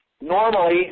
normally